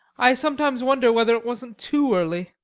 i sometimes wonder whether it wasn't too early.